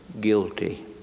guilty